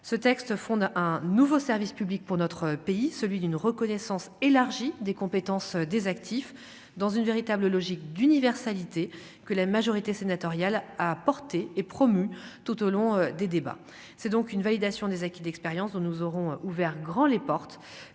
ce texte fonde un nouveau service public pour notre pays, celui d'une reconnaissance élargie des compétences des actifs dans une véritable logique d'universalité que la majorité sénatoriale a porté et promu tout au long des débats, c'est donc une validation des acquis d'expérience dont nous aurons ouvert grand les portes